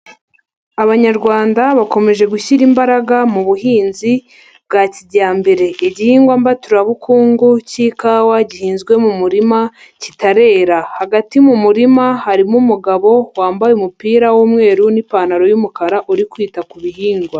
Abanyarwanda bakomeje gushyira imbaraga mu buhinzi bwa kijyambere. Igihingwa mbaturabukungu cy'ikawa gihinzwe mu murima, kitarera. Hagati mu murima harimo umugabo wambaye umupira w'umweru n'ipantaro y'umukara, uri kwita ku bihingwa.